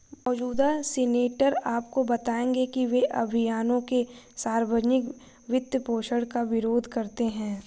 मौजूदा सीनेटर आपको बताएंगे कि वे अभियानों के सार्वजनिक वित्तपोषण का विरोध करते हैं